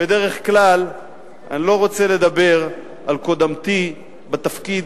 בדרך כלל אני לא רוצה לדבר על קודמתי בתפקיד,